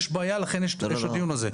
יש בעיה, לכן יש את הדיון הזה.